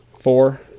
Four